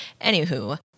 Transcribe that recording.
Anywho